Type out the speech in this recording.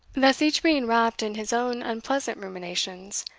thus each being wrapped in his own unpleasant ruminations,